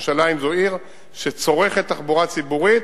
ירושלים זו עיר שצורכת תחבורה ציבורית,